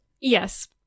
Yes